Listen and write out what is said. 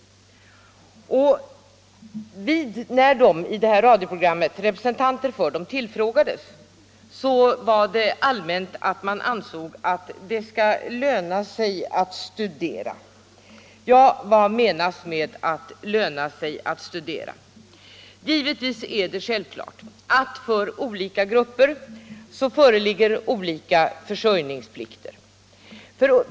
När representanter för dem tillfrågades i det nämnda radioprogrammet svarade de allmänt att de ansåg att det skall löna sig att studera. Vad menas med att det skall löna sig att studera? Ja, det är självklart att för olika grupper föreligger olika försörjningsplikter.